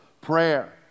prayer